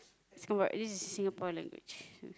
this is Singapore language